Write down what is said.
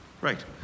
Right